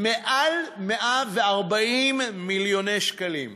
מעל 140 מיליוני שקלים.